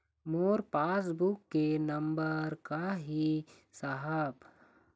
मोर passbook के number का ही साहब?